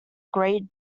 great